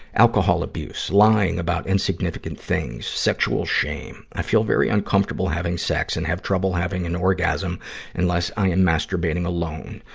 alcohol abuse, lying about insignificant things, sexual shame. i feel very uncomfortable having sex and have trouble having an orgasm unless i am masturbating alone.